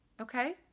Okay